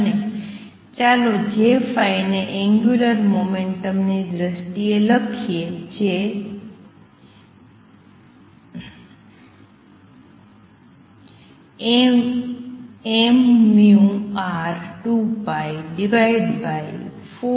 અને ચાલો J ને અંગ્યુલર મોમેંટમ ની દ્રષ્ટિએ લખીએ જે mvR2π42mR2 છે